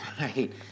Right